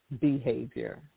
behavior